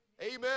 Amen